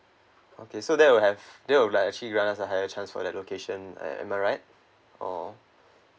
okay so that would have that would like actually let's us have higher chance for the location uh am I right or